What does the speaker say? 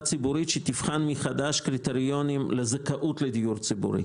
ציבורית שתבחן מחדש קריטריונים לזכאות לדיור ציבורי.